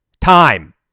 Time